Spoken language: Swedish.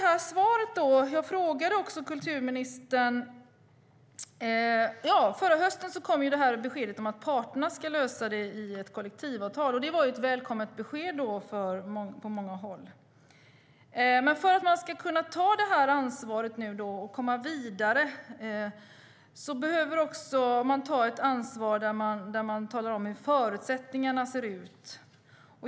I höstas kom beskedet om att parterna ska lösa det i ett kollektivavtal, och det beskedet var välkommet på många håll. Men för att man ska kunna ta det här ansvaret och komma vidare behöver man också veta hur förutsättningarna ser ut.